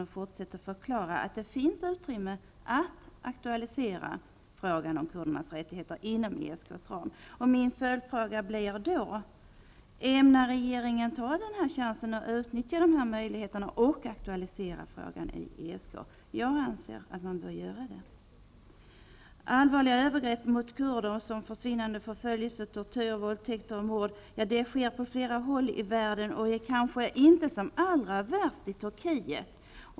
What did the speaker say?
Hon förklarar vidare att det finns utrymme för att auktualisera frågan om kurdernas rättigheter inom ESK:s ram. Min följdfråga blir: Ämnar regeringen ta chansen att utnyttja möjligheterna att aktualisera frågan i ESK? Jag anser att man bör göra det. Allvarliga övergrepp mot kurder som försvinnande, förföljelse, tortyr, våldtäkt och mord sker på flera håll i världen. Det är kanske inte allra värst i Turkiet.